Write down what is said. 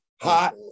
Hot